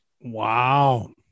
Wow